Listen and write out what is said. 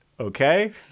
Okay